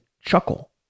chuckle